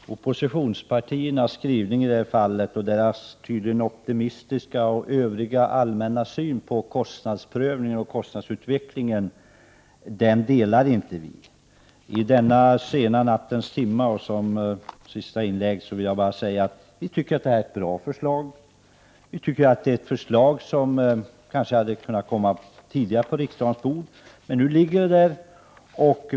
Fru talman! Vi delar inte oppositionspartiernas skrivning i det här fallet och deras optimism och allmänna syn i övrigt när det gäller kostnadsprövningen och kostnadsutvecklingen. I denna sena nattens timma vill jag i mitt sista inlägg bara säga att vi tycker att det är ett bra förslag. Det är ett förslag som kanske hade kunnat komma tidigare på riksdagens bord, men nu ligger det där.